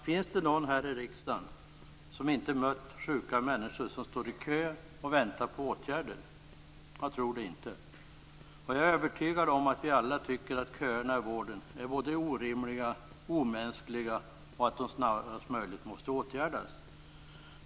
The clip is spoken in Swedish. Finns det någon här i riksdagen som inte mött sjuka människor som står i kö och väntar på åtgärder? Jag tror inte det. Jag är övertygad om att vi alla tycker att köerna i vården är orimliga, omänskliga och att de så snabbt som möjligt måste åtgärdas.